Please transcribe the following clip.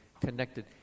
connected